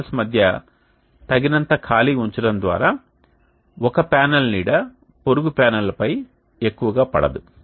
panels మధ్య తగినంత ఖాళీ ఉంచడం ద్వారా ఒక ప్యానెల్ నీడ పొరుగు ప్యానెల్లపై ఎక్కువగా పడదు